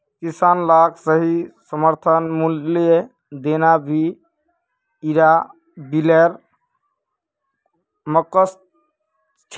किसान लाक सही समर्थन मूल्य देना भी इरा बिलेर मकसद छे